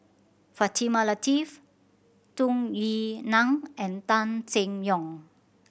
Fatimah Lateef Tung Yue Nang and Tan Seng Yong